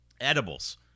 Edibles